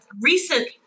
recent